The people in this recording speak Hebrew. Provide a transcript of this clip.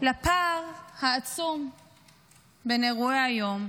לפער העצום בין אירועי היום,